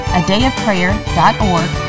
adayofprayer.org